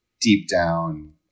deep-down